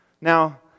Now